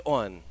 on